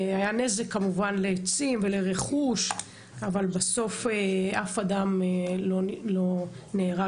היה נזק כמובן לעצים ולרכוש אבל בסוף אף אדם לא נהרג